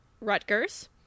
Rutgers